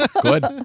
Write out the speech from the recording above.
Good